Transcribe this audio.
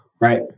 Right